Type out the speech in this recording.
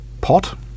pot